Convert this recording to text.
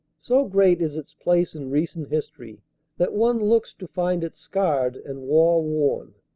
so great is its place in recent history that one looks to find it scarred and warworn.